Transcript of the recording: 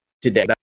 today